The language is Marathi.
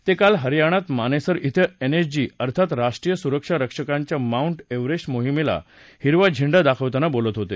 ते काल हरयाणात मानेसर क्वे एनएसजी अर्थात राष्ट्रीय सुरक्षा रक्षकांच्या माऊंट एवरेस्ट मोहिमेला हिरवा झेंडा दाखवताना बोलत होते